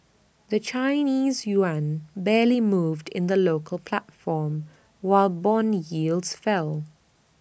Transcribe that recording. the Chinese Yuan barely moved in the local platform while Bond yields fell